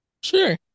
Sure